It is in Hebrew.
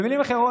במילים אחרות,